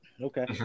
Okay